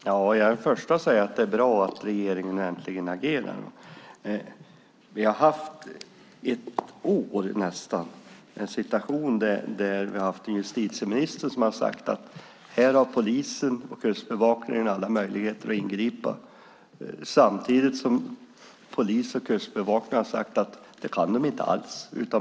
Herr talman! Jag är den förste att säga att det är bra att regeringen äntligen agerar. Vi har i nästan ett år haft en situation med en justitieminister som har sagt att här har polisen och Kustbevakningen alla möjligheter att ingripa, samtidigt som polis och kustbevakning har sagt att det kan de inte alls.